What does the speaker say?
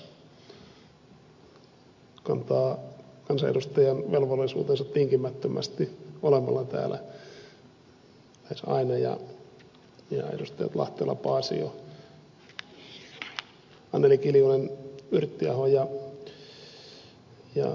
pulliainen joka kantaa kansanedustajan velvollisuutensa tinkimättömästi olemalla täällä lähes aina ja edustajat lahtela paasio anneli kiljunen yrttiaho ja merja kyllönen